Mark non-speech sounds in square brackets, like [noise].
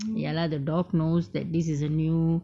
[noise] ya lah the dog knows that this is a new